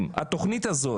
בשבועיים מאז שהתכנית הזאת